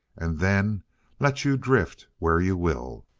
and then let you drift where you will.